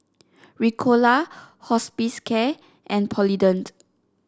Ricola Hospicare and Polident